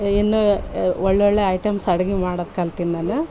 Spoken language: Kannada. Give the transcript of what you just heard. ಇನ್ನು ಒಳ್ಳೊಳ್ಳೆ ಐಟಮ್ಸ್ ಅಡ್ಗೆ ಮಾಡೋದು ಕಲ್ತಿನಿ ನಾನು